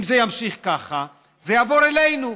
אם זה יימשך ככה זה יעבור אלינו.